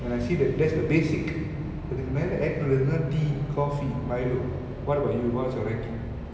and I see that that's the basic அதுக்கு மேல:athukku mela add பண்றது தான்:panrathu than tea coffee milo what about you what is your ranking